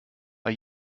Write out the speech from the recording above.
bei